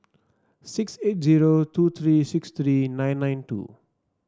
six eight zero two three six three nine nine two